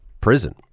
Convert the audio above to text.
prison